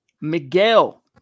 Miguel